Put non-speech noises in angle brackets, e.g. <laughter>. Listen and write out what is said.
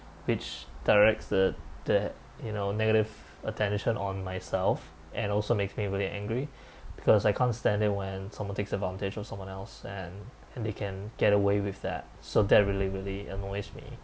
which directs the the you know negative attention on myself and also makes me really angry <breath> because I can't stand it when someone takes advantage of someone else and and they can get away with that so that really really annoys me